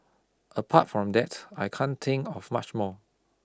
apart from that I can't think of much more